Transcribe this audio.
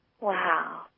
Wow